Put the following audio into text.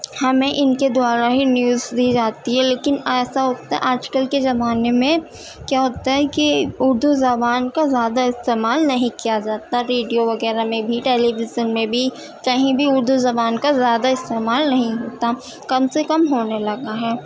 ہمیں ان کے دوارا ہی نیوز دی جاتی ہے لیکن ایسا ہوتا آج کل کے زمانے میں کیا ہوتا ہے کہ اردو زبان کا زیادہ استعمال نہیں کیا جاتا ریڈیو وغیرہ میں بھی ٹیلیویژن میں بھی کہیں بھی اردو زبان کا زیادہ استعمال نہیں ہوتا کم سے کم ہونے لگا ہے